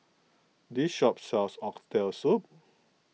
this shop sells Oxtail Soup